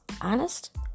honest